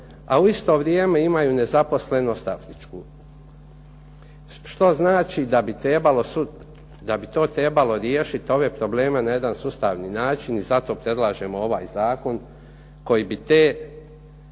a u isto vrijeme imaju nezaposlenost statičku. Što znači da bi to trebalo riješiti ove probleme na jedan sustavni način i zato predlažemo ovaj zakon koji bi te